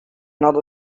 not